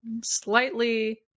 slightly